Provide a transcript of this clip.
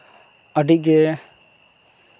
ᱟᱹᱰᱤᱜᱮ